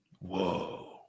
Whoa